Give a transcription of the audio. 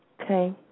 Okay